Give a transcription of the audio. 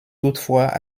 toutefois